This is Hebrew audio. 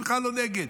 אני בכלל לא נגד,